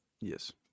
Yes